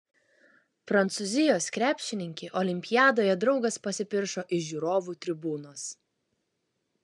prancūzijos krepšininkei olimpiadoje draugas pasipiršo iš žiūrovų tribūnos